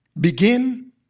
begin